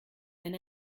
wenn